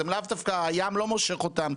זה לאו דווקא הים לא מושך אותם,